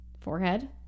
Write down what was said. forehead